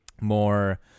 more